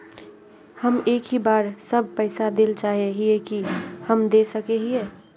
हम एक ही बार सब पैसा देल चाहे हिये की हम दे सके हीये?